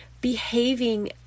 behaving